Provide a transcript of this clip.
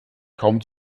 kaum